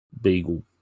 beagle